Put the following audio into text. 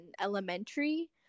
elementary